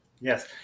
Yes